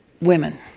women